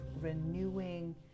renewing